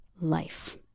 life